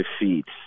defeats